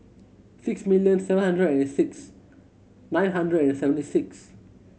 six million seven hundred and six nine hundred and seventy six